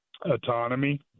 Autonomy